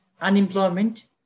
unemployment